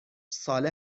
ساله